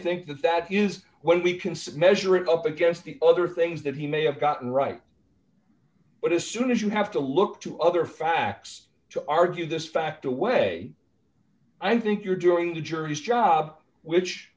think that that is when we consider measure it up against the other things that he may have gotten right but as soon as you have to look to other facts to argue this fact away i think you're doing the jury's job which